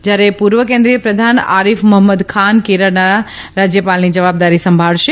જ્યારે પૂર્વ કેન્દ્રિય પ્રધાન આરીફ મોહમ્મદ ખાન કેરળના રાજવપાલની જવાબદારી સંભાળશે